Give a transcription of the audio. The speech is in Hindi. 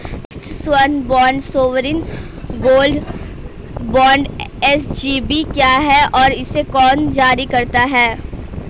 राष्ट्रिक स्वर्ण bond sovereign gold bond SGB क्या है और इसे कौन जारी करता है?